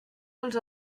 els